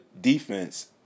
defense